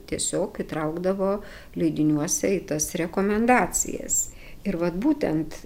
tiesiog įtraukdavo leidiniuose į tas rekomendacijas ir vat būtent